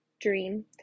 dream